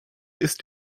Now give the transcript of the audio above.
ist